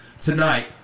Tonight